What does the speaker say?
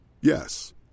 Yes